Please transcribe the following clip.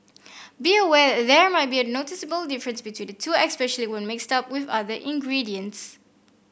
be aware there might be a noticeable difference between the two especially when mixed up with other ingredients